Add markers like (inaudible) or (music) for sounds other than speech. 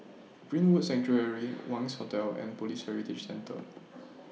(noise) Greenwood Sanctuary Wangz Hotel and Police Heritage Centre